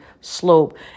slope